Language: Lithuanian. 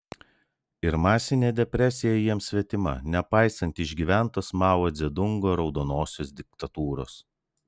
ir masinė depresija jiems svetima nepaisant išgyventos mao dzedungo raudonosios diktatūros